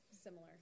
Similar